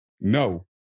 No